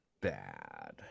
bad